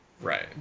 Right